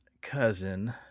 cousin